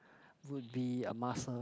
would be a muscle